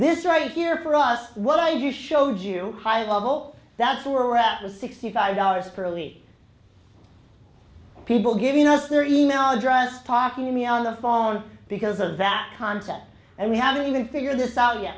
this is right here for us what are you showed you high level that's where we're at with sixty five dollars per lead people giving us their email address talking to me on the phone because of that concept and we haven't even figured this out yet